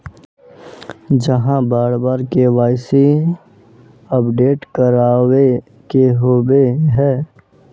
चाँह बार बार के.वाई.सी अपडेट करावे के होबे है?